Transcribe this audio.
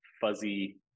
fuzzy